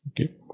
okay